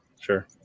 Sure